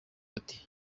ati